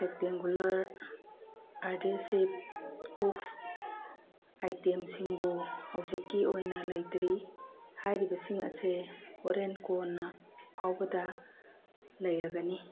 rectangular ꯑꯔꯗꯦꯟꯁꯤꯞ box ꯑꯥꯏꯇꯦꯝꯁꯤꯡꯗꯨ ꯍꯧꯖꯤꯛꯀꯤ ꯑꯣꯏꯅ ꯂꯩꯇ꯭ꯔꯤ ꯍꯥꯏꯕꯔꯤꯕꯁꯤꯡ ꯑꯁꯦ ꯍꯣꯔꯦꯟ ꯀꯣꯟꯅ ꯐꯥꯎꯕꯗ ꯂꯩꯔꯒꯅꯤ